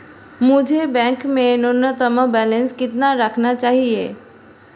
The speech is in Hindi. मुझे बैंक में न्यूनतम बैलेंस कितना रखना चाहिए?